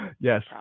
Yes